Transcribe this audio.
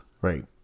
right